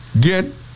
get